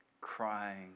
crying